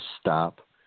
stop